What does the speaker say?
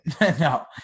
No